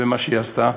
ומה שהיא עשתה.